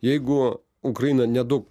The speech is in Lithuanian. jeigu ukraina neduok